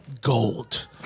Gold